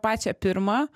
pačią pirmą